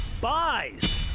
buys